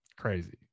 Crazy